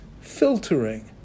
filtering